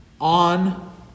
On